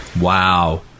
Wow